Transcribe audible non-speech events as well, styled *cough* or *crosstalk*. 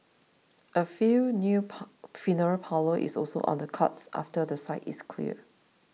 a few new *unintelligible* funeral parlour is also on the cards after the site is cleared